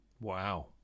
Wow